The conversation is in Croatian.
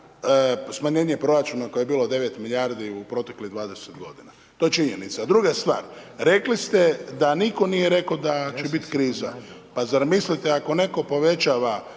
smanjenje proračuna koje je bilo 9 milijardi u proteklih 20 godina, to je činjenica. Druga stvar, rekli ste da nitko nije rekao da će biti kriza. Pa zar mislite ako netko povećava